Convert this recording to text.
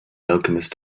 alchemist